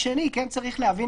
נציג שנמצא שם בתורנויות,